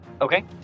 Okay